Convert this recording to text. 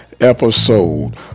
episode